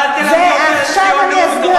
אל תלמדי אותי על טילים ואל תלמדי אותי על ציונות.